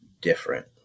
different